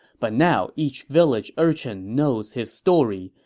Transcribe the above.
but now each village urchin knows his story,